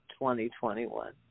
2021